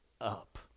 up